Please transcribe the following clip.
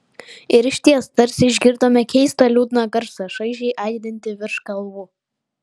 ir išties tarsi išgirdome keistą liūdną garsą šaižiai aidintį virš kalvų